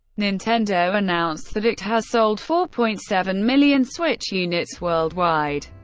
nintendo announced that it has sold four point seven million switch units worldwide,